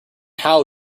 how